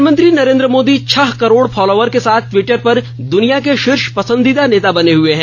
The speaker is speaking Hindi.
प्रधानमंत्री नरेन्द्रि मोदी छह करोड़ फॉलोअर के साथ टिवटर पर द्वनिया के शीर्ष पसंदीदा नेता बने हुए हैं